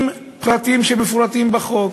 עם פרטים שמפורטים בחוק.